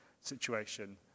situation